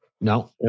no